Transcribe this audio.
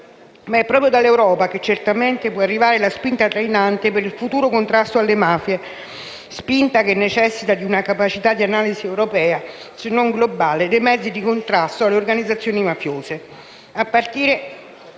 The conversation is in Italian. Ma è proprio dall'Europa che certamente può arrivare la spinta trainante per il futuro contrasto alle mafie, spinta che necessita di una capacità di analisi europea, se non globale, dei mezzi di contrasto alle organizzazioni mafiose,